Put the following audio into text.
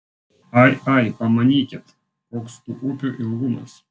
ai ai pamanykit koks tų upių ilgumas